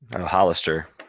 Hollister